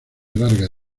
larga